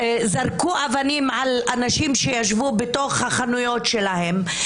זרקו אבנים על אנשים שישבו בתוך החנויות שלהם,